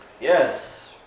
yes